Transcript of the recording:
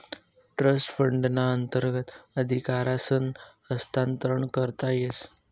trust फंडना अंतर्गत अधिकारसनं हस्तांतरण करता येस